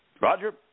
Roger